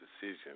decision